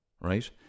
right